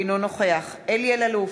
אינו נוכח אלי אלאלוף,